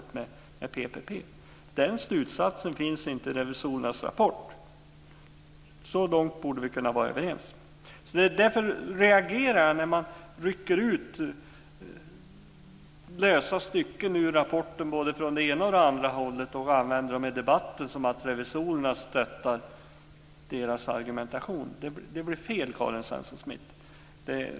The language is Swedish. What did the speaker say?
Ett sådant ställningstagande finns inte i revisorernas rapport. Så långt borde vi kunna vara överens. Därför reagerar jag när man rycker ut lösa stycken ur rapporten och använder i debatten och påstår att revisorerna stöttar ens argumentation. Det blir fel, Karin Svensson Smith.